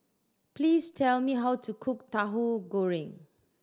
please tell me how to cook Tahu Goreng